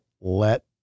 let